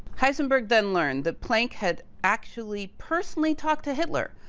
heisenberg then learned the planck had actually personally talked to hitler,